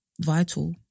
vital